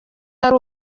ari